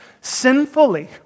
sinfully